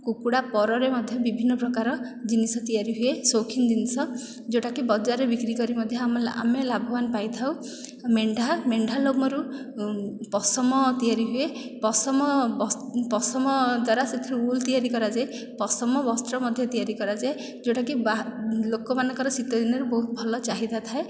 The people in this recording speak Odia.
କୁକୁଡ଼ା ପରରେ ମଧ୍ୟ ବିଭିନ୍ନ ପ୍ରକାର ଜିନିଷ ତିଆରି ହୁଏ ସୌଖିନ ଜିନିଷ ଯେଉଁଟାକି ବଜାରରେ ବିକ୍ରି କରି ମଧ୍ୟ ଆମ ଆମେ ଲାଭବାନ ପାଇଥାଉ ମେଣ୍ଢା ମେଣ୍ଢା ଲୋମରୁ ପଶମ ତିଆରି ହୁଏ ପଶମ ବସ ପଶମ ଦ୍ୱାରା ସେଥିରୁ ଉଲ ତିଆରି କରାଯାଏ ପଶମ ବସ୍ତ୍ର ମଧ୍ୟ ତିଆରି କରାଯାଏ ଯେଉଁଟାକି ବାହା ଲୋକମାନଙ୍କର ଶୀତ ଦିନରେ ବହୁତ ଭଲ ଚାହିଦା ଥାଏ